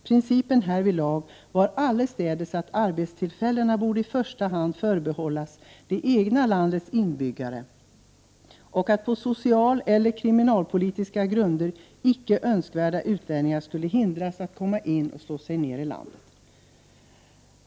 Principen härvidlag var allestädes att arbetstillfällena i första hand borde förbehållas det egna landets inbyggare och att på socialeller kriminalpolitiska grunder icke-önskvärda utlänningar skulle hindras att komma in och slå sig ned i landet.